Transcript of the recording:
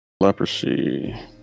leprosy